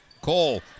Cole